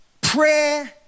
Prayer